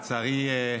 לצערי,